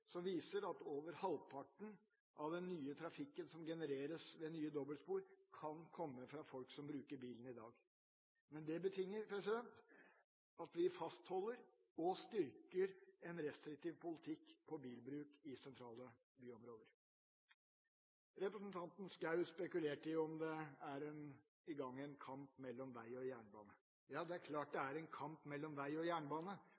som viser at over halvparten av den nye trafikken som genereres ved nye dobbeltspor, kan komme fra folk som bruker bilen i dag. Men det betinger at vi fastholder og styrker en restriktiv politikk på bilbruk i sentrale byområder. Representanten Schou spekulerte på om det er i gang en kamp mellom vei og jernbane. Ja, det er klart det er en kamp mellom vei og jernbane.